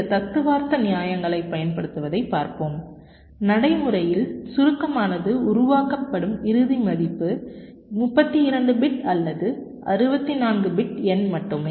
சில தத்துவார்த்த நியாயங்களைப் பயன்படுத்துவதைப் பார்ப்போம் நடைமுறையில் சுருக்கமானது உருவாக்கப்படும் இறுதி மதிப்பு 32 பிட் அல்லது 64 பிட் எண் மட்டுமே